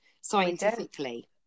scientifically